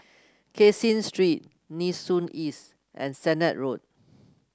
Caseen Street Nee Soon East and Sennett Road